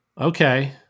Okay